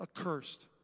accursed